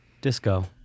Disco